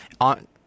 on